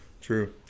True